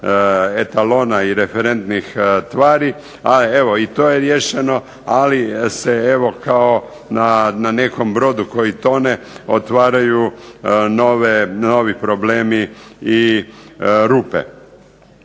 etalona i referentnih tvari, a evo i to je riješeno. Ali se evo kao na nekom brodu koji tone otvaraju novi problemi i rupe.